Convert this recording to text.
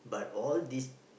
but all these